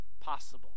possible